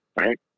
right